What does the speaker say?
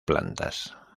plantas